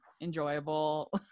enjoyable